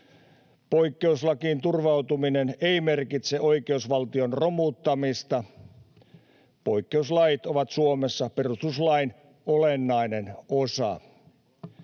Poikkeuslakiin turvautuminen ei merkitse oikeusvaltion romuttamista, poikkeuslait ovat Suomessa perustuslain olennainen osa.